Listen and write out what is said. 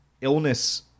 illness